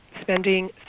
spending